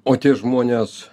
o tie žmonės